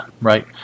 Right